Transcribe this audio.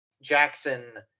Jackson